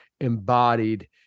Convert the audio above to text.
embodied